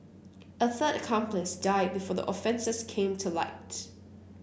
a third accomplice died before the offences came to light